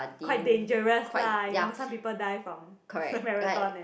quite dangerous lah you know some people die from marathon and